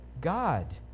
God